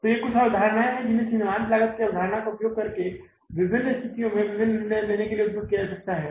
तो ये कुछ अवधारणाएं हैं जिन्हें सीमांत लागत की अवधारणा का उपयोग करके विभिन्न स्थितियों में विभिन्न निर्णय लेने के लिए उपयोग किया जा सकता है